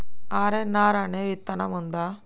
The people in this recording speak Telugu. ఆర్.ఎన్.ఆర్ అనే విత్తనం ఉందా?